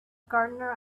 gardener